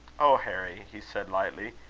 oh, harry! he said, lightly,